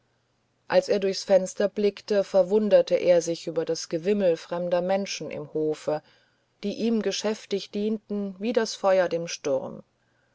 als er durchs fenster blickte verwunderte er sich über das gewimmel fremder menschen im hofe die ihm geschäftig dienten wie das feuer dem sturm